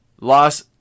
Loss